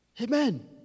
Amen